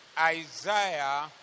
Isaiah